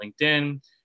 LinkedIn